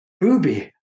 Booby